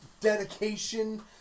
dedication